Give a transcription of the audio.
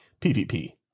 pvp